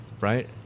right